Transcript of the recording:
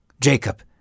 Jacob